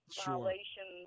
violation